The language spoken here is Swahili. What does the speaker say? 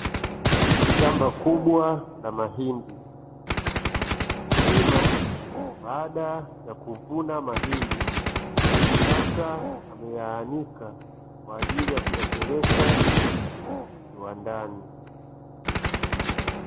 Shamba kubwa na mahindi, mkulima baada ya kuvuna mahindi sasa ameyaanika kwa ajili ya kuyapeleka kiwandani.